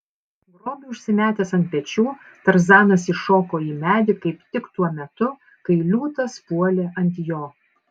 grobį užsimetęs ant pečių tarzanas įšoko į medį kaip tik tuo metu kai liūtas puolė ant jo